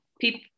people